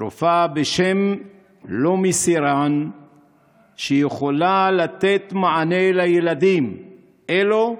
תרופה בשם Lumasiran יכולה לתת מענה לילדים אלו,